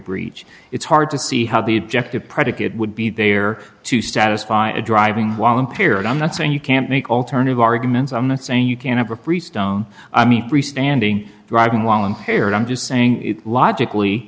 breach it's hard to see how the objective predicate would be there to satisfy a driving while impaired i'm not saying you can't make alternative arguments i'm not saying you can't ever freestone i mean free standing driving while impaired i'm just saying logically